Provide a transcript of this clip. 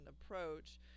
approach